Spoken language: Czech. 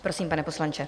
Prosím, pane poslanče.